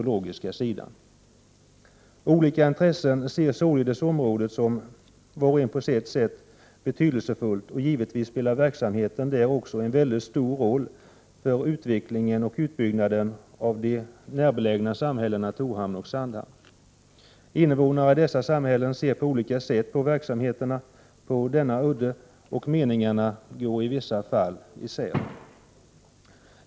E 3 Rå anslag Olika intressen ser således området som betydelsefullt, var och en på sitt för detmilitära försvaret, m.m. sätt, och givetvis spelar verksamheten där stor roll för utvecklingen och utbyggnaden av de närbelägna samhällena Torhamn och Sandhamn. Invånare i dessa samhällen ser på olika sätt på verksamheterna på udden, och meningarna går i vissa fall isär.